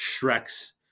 Shrek's